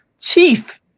chief